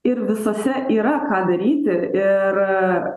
ir visose yra ką daryti ir